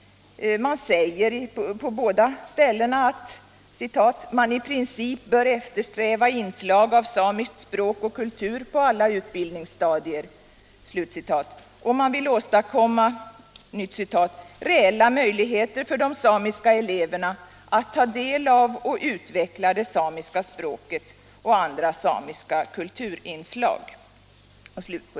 Man säger på båda ställena att ”man i princip bör eftersträva inslag av samiskt språk och kultur på alla utbildningsstadier” och man vill åstadkomma ”reella möjligheter för de samiska eleverna att ta del av och utveckla det samiska språket och andra samiska kulturinslag”.